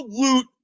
Absolute